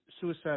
suicide